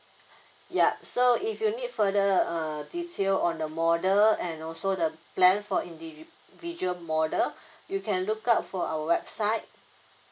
ya so if you need further uh detail on the model and also the plan for individual model you can look out for our website